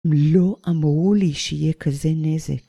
הם לא אמרו לי שיהיה כזה נזק.